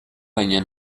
baina